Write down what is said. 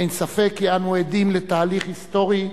אין ספק כי אנו עדים לתהליך היסטורי,